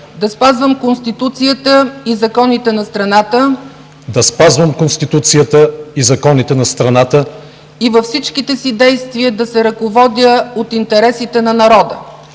да спазвам Конституцията и законите на страната и във всичките си действия да се ръководя от интересите на народа.